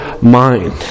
mind